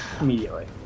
immediately